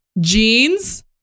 jeans